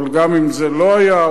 אבל גם אם זה לא היה,